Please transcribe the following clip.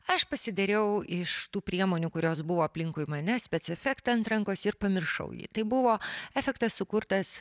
aš pasidariau iš tų priemonių kurios buvo aplinkui mane spec efektą ant rankos ir pamiršau jį tai buvo efektas sukurtas